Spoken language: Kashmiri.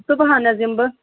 صُبحَن حظ یِم بہٕ